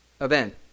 event